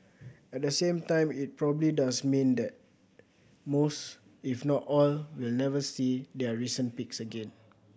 at the same time it probably does mean that most if not all will never see their recent peaks again